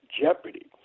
jeopardy